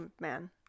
man